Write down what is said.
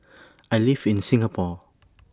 I live in Singapore